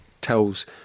tells